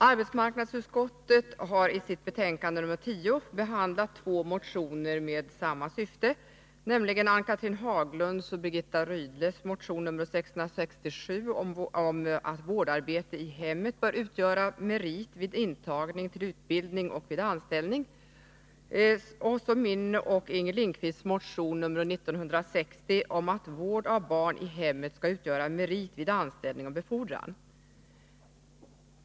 Arbetsmarknadsutskottet har i sitt betänkande 10 behandlat två motioner med samma syfte, nämligen Ann-Cathrine Haglunds och Birgitta Rydles motion 667 om att vårdarbete i hemmet bör utgöra merit vid intagning till utbildning och vid anställning samt min och Inger Lindquists motion 1960 om att vård av barn i hemmet skall utgöra merit vid anställning och befordran.